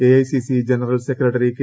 A I C C general secretary K